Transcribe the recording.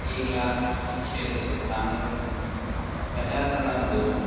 ایک لاکھ چھ سو ستانوے پچاس ہزار دو سو